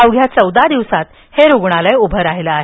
अवघ्या चौदा दिवसात हे रुग्णालय उभं राहील आहे